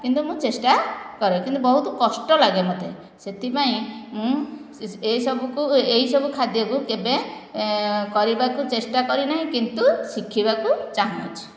କିନ୍ତୁ ମୁଁ ଚେଷ୍ଟା କରେ କିନ୍ତୁ ବହୁତ କଷ୍ଟ ଲାଗେ ମୋତେ ସେଥିପାଇଁ ମୁଁ ଏହି ସବୁକୁ ଏହିସବୁ ଖାଦ୍ୟକୁ କେବେ କରିବାକୁ ଚେଷ୍ଟା କରିନାହିଁ କିନ୍ତୁ ଶିଖିବାକୁ ଚାହୁଁଛି